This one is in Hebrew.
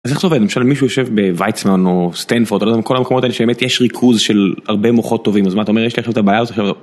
מישהו יושב בויצמן או סטנפורד או כל המקומות האלה שיש ריכוז של הרבה מוחות טובים אז מה אתה אומר יש לך את הבעיה.